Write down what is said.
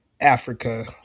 Africa